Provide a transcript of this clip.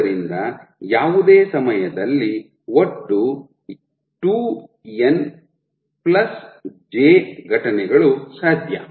ಆದ್ದರಿಂದ ಯಾವುದೇ ಸಮಯದಲ್ಲಿ ಒಟ್ಟು 2n j ಘಟನೆಗಳು ಸಾಧ್ಯ